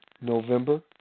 November